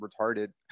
retarded